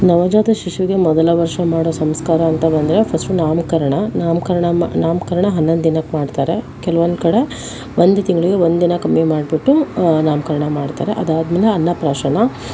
ನವಜಾತ ಶಿಶುವಿಗೆ ಮೊದಲ ವರ್ಷ ಮಾಡೋ ಸಂಸ್ಕಾರ ಅಂತ ಬಂದರೆ ಫಸ್ಟು ನಾಮಕರಣ ನಾಮಕರಣ ನಾಮಕರಣ ಹನ್ನೊಂದು ದಿನಕ್ಕೆ ಮಾಡ್ತಾರೆ ಕೆಲವೊಂದು ಕಡೆ ಒಂದು ತಿಂಗಳಿಗೆ ಒಂದಿನ ಕಮ್ಮಿ ಮಾಡ್ಬಿಟ್ಟು ನಾಮಕರಣ ಮಾಡ್ತಾರೆ ಅದಾದಮೇಲೆ ಅನ್ನಪ್ರಾಶನ